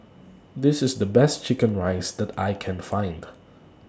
This IS The Best Chicken Rice that I Can Find